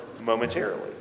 momentarily